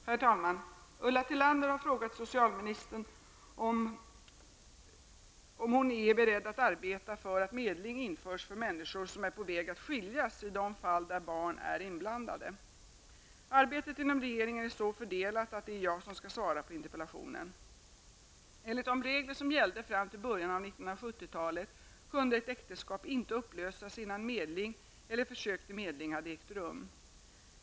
Herr talman! Ulla Tillander har frågat socialministern om hon är beredd att arbeta för att medling, i de fall där barn är inblandade, införs för människor som är på väg att skiljas. Arbetet inom regeringen är så fördelat att det är jag som skall svara på interpellationen. talet kunde ett äktenskap inte upplösas innan medling eller försök till medling hade ägt rum.